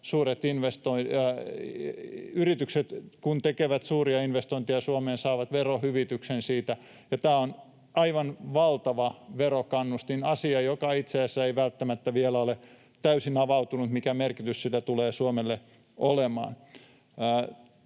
yritykset tekevät suuria investointeja Suomeen, ne saavat verohyvityksen siitä. Tämä on aivan valtava verokannustin, ja itse asiassa ei välttämättä vielä ole täysin avautunut, mikä merkitys sillä tulee Suomelle olemaan.